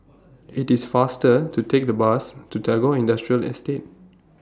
IT IS faster to Take The Bus to Tagore Industrial Estate